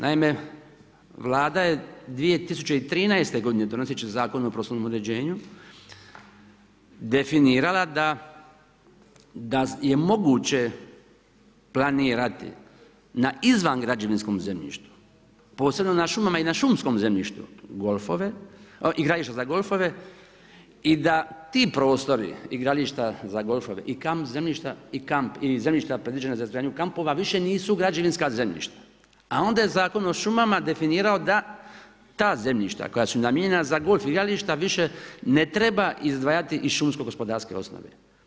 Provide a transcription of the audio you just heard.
Naime Vlada je 2013. godine donoseći Zakon o prostornom uređenju definirala da je moguće planirati na izvan građevinskom zemljištu, posebno na šumama i šumskom zemljištu, igrališta za golfove i da ti prostori igrališta za golfove i kamp zemljišta i zemljišta previđena za izgradnju kampova više nisu građevinska zemljišta a onda je Zakon o šumama definirao da ta zemljišta koja su namijenjena za golf igrališta više ne treba izdvajati iz šumske gospodarske osnove.